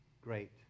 great